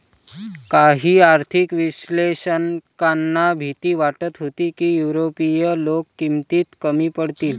काही आर्थिक विश्लेषकांना भीती वाटत होती की युरोपीय लोक किमतीत कमी पडतील